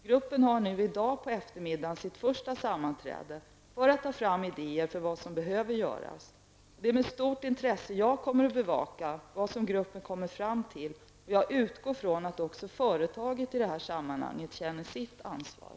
Gruppen har nu i dag på eftermiddagen sitt första sammanträde för att ta fram idéer för vad som behöver göras. Det är med stort intresse jag kommer att bevaka vad gruppen kommer fram till, och jag utgår ifrån att också företaget i det här sammanhanget känner sitt ansvar.